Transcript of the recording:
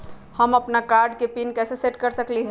हम अपन कार्ड के पिन कैसे सेट कर सकली ह?